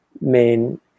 main